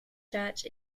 church